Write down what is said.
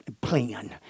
plan